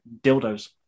dildos